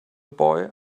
boy